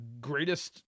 greatest